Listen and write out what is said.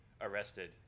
arrested